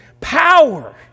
power